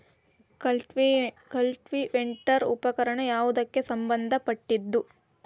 Cultivator ಉಪಕರಣ ಯಾವದಕ್ಕ ಸಂಬಂಧ ಪಟ್ಟಿದ್ದು?